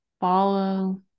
follow